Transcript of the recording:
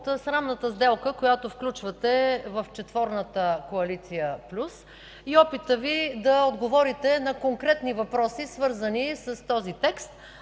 срамната сделка, която включвате в четворната коалиция плюс и опитът Ви да отговорите на конкретни въпроси, свързани с този текст,